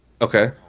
Okay